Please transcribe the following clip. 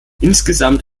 insgesamt